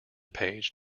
page